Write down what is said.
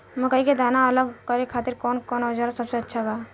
मकई के दाना अलग करे खातिर कौन औज़ार सबसे अच्छा बा?